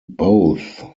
both